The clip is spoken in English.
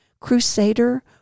crusader